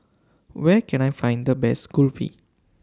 Where Can I Find The Best Kulfi